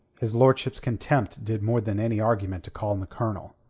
his lordship's contempt did more than any argument to calm the colonel.